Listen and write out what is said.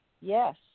Yes